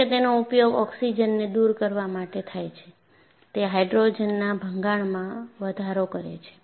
જો કે તેનો ઉપયોગ ઓક્સિજનને દૂર કરવા માટે થાય છે તે હાઇડ્રોજનના ભંગાણમાં વધારો કરે છે